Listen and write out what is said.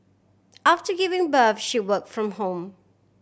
after giving birth she work from home